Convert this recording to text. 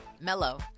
mellow